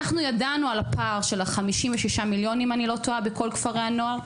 אנחנו ידענו על הפער של ה-56 מיליון אם אני לא טועה בכל כפרי הנוער,